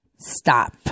stop